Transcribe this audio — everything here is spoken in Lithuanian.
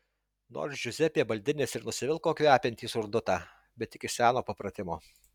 nors džiuzepė baldinis ir nusivilko kvepiantį surdutą bet tik iš seno papratimo